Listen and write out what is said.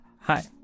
Hi